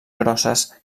grosses